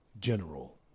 General